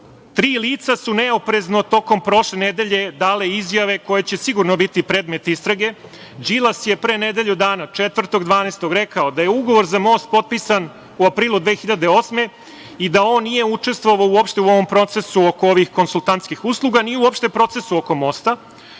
lica su neoprezno tokom prošle nedelje dali izjave koje će sigurno biti predmet istrage. Đilas je pre nedelju dana, 4.12. rekao da je ugovor za most potpisan u aprilu 2008. godine i da on nije učestvovao uopšte u ovom procesu oko ovih konsultantskih usluga, ni uopšte u procesu oko mosta